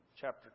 chapter